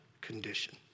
condition